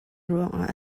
ruangah